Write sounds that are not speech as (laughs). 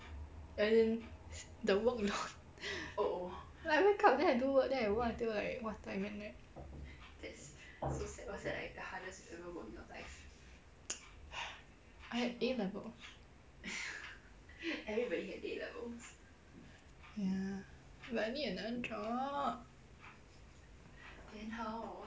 as in the workload (laughs) like I wake up then I do work then I work until like what time at night I had A-level ya but I need another job